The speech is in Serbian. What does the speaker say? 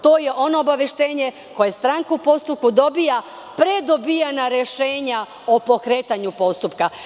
To je ono obaveštenje koje stranka u postupku dobija pre dobijanja rešenja o pokretanju postupka.